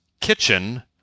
kitchen